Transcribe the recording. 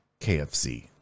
KFC